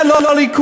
זה לא הליכוד.